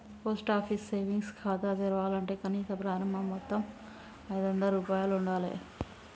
post office savings ఖాతా తెరవాలంటే కనీస ప్రారంభ మొత్తం ఐదొందల రూపాయలు ఉండాలె